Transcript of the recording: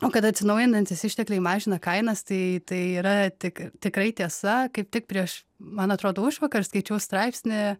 o kad atsinaujinantys ištekliai mažina kainas tai tai yra tik tikrai tiesa kaip tik prieš man atrodo užvakar skaičiau straipsnį